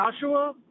Joshua